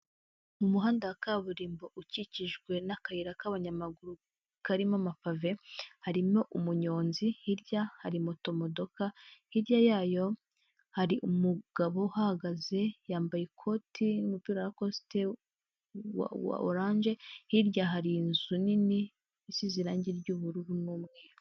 Umuhanda wa kaburimbo ukikijwe n'akayira k'abanyamaguru karimo amapave harimo umunyonzi hirya hari motomodoka, hirya yayo hari umugabo uhahagaze yambaye ikoti n'umupira wa kositimu wa oranje, hirya hari inzu nini isize irangi ry'ubururu n'umweru.